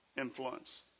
influence